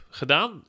gedaan